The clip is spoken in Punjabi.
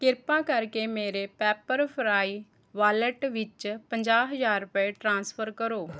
ਕਿਰਪਾ ਕਰਕੇ ਮੇਰੇ ਪੈੱਪਰਫ੍ਰਾਈ ਵਿੱਚ ਪੰਜਾਹ ਹਜ਼ਾਰ ਰੁਪਏ ਟਰਾਂਸਫਰ ਕਰੋ